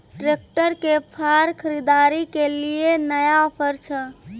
Tractor के फार खरीदारी के लिए नया ऑफर छ?